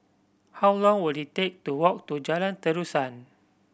how long will it take to walk to Jalan Terusan